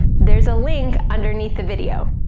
there's a link underneath the video.